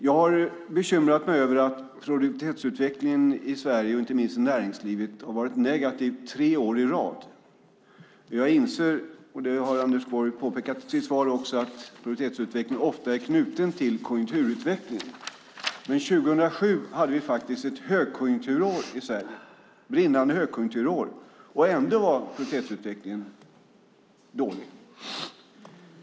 Jag har bekymrat mig över att produktivitetsutvecklingen i Sverige och inte minst i näringslivet har varit negativ tre år i rad. Jag inser - det har Anders Borg också påpekat i sitt svar - att produktivitetsutvecklingen ofta är knuten till konjunkturutvecklingen. Men 2007 var faktiskt ett brinnande högkonjunkturår i Sverige. Ändå var produktivitetsutvecklingen dålig.